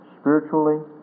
spiritually